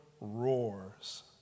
roars